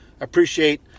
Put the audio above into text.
appreciate